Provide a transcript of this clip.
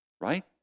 Right